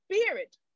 spirit